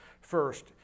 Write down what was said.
First